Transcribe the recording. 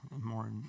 more